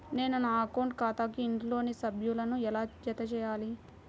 నేను నా అకౌంట్ ఖాతాకు ఇంట్లోని సభ్యులను ఎలా జతచేయాలి?